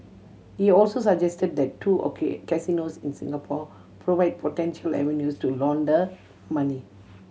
he also suggested that the two casinos in Singapore provide potential avenues to launder money